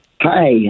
Hi